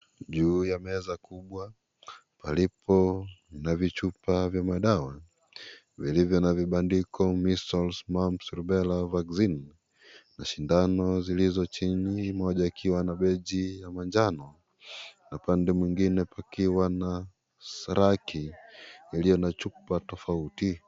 Juu ya meza kubwa, palipo na vichupa vya madawa, vilivyo na vibandiko, (cs)missles, mums(cs) na (cs)rubella vaccine (cs), na shindano zilizo chini moja ikiwa na beji ya manjano, na upande mwingine pakiwa na seraki, iliyo na chupa tofauti.